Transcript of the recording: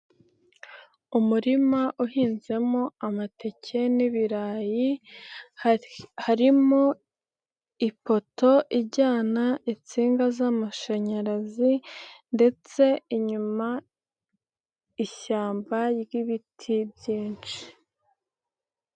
Umurima uhinzemo amateke n'ibirayi, harimo ipoto ijyana insinga z'amashanyarazi ndetse inyuma ishyamba ry'ibiti byinshi.